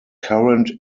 current